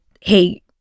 hey